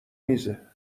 میزه